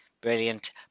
Brilliant